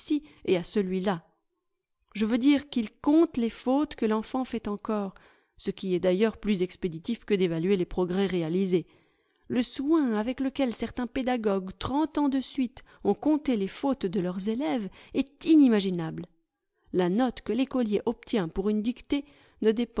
et à celui-là je veux dire qu'il compte les fautes que l'enfant fait encore ce qui est d'ailleurs plus expéditif que d'évaluer les progrès réalisés le soin avec lequel certains pédagogues trente ans de suite ont compté les fautes de leurs élèves est inimaginable la note que l'écolier obtient pour une dictée ne